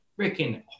freaking